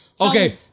Okay